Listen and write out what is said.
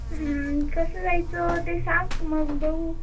कसं जायचं ते सांग मग बघू